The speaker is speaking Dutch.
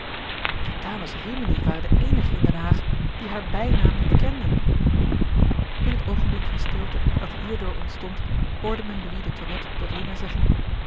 de dames rimini waren de eenigen in den haag die haar bijnaam niet kenden in het oogenblik van stilte dat hierdoor ontstond hoorde men louis de tonnette tot lina zeggen